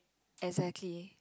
exactly